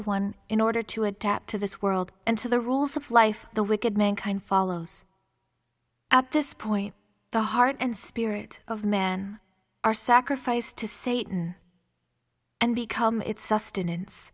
one in order to adapt to this world and to the rules of life the wicked mankind follows at this point the heart and spirit of man are sacrificed to satan and become its sustenance